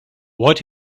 what